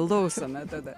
klausome tada